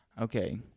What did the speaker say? Okay